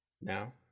Now